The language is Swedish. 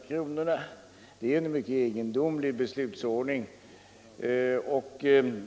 Detta är en mycket egendomlig beslutsordning.